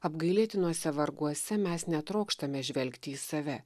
apgailėtinuose varguose mes netrokštame žvelgti į save